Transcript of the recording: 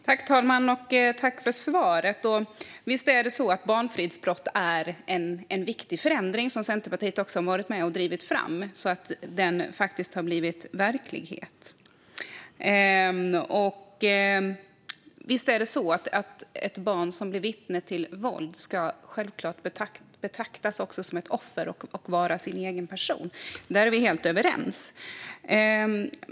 Herr talman! Jag tackar för svaret. Visst är barnfridsbrott en viktig förändring, och Centerpartiet har varit med och drivit fram och gjort verklighet av lagändringen. Visst ska ett barn som bevittnar våld självklart betraktas som ett offer och vara sin egen person. Där är vi helt överens.